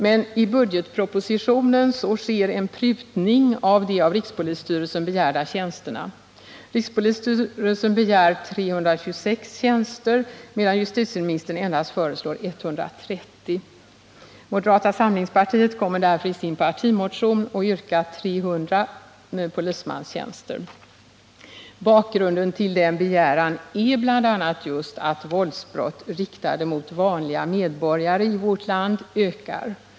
Men i budgetpropositionen sker en prutning av de av rikspolisstyrelsen begärda tjänsterna. Rikspolisstyrelsen begär 326 tjänster medan justitieministern föreslår endast 130. Moderata samlingspartiet kommer därför i sin partimotion att yrka en ökning med 300 polismanstjänster. Bakgrunden till den begäran är bl.a. just att våldsbrott riktade mot vanliga medborgare i vårt land ökar.